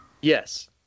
Yes